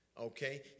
okay